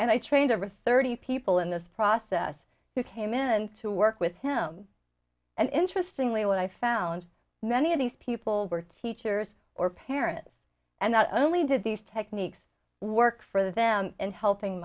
and i trained a risk thirty people in this process who came in to work with him and interesting lee what i found many of these people were teachers or parents and not only did these techniques work for them and helping